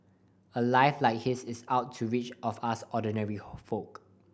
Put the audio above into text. a life like his is out to reach of us ordinary folk